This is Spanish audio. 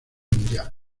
mundial